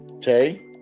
tay